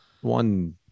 one